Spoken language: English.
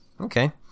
Okay